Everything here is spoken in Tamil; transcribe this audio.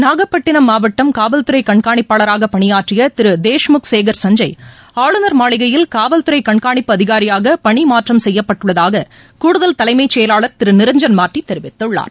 நாகப்பட்டினம் மாவட்டம் காவல் துறைகள்காணிப்பாளராகபணியாற்றியதிருதேஷ்முக் சேகர் சஞ்சய் ஆளுநர் மாளிகையில் காவல் துறைகண்காணிப்பு அதிகாரியாகபணிமாற்றம் செய்யப்பட்டுள்ளதாககூடுதல் தலைமைசெயலாளர் திருநிரஞ்சன் மார்டிதெரிவித்துள்ளார்